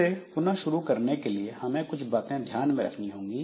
इसे पुनः शुरू करने के लिए हमें कुछ बातें ध्यान में रखनी होंगी